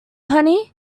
honey